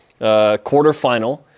quarterfinal